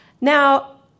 Now